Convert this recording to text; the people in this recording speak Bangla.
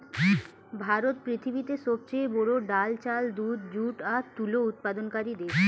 ভারত পৃথিবীতে সবচেয়ে বড়ো ডাল, চাল, দুধ, যুট ও তুলো উৎপাদনকারী দেশ